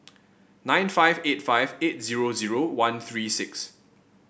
nine five eight five eight zero zero one three six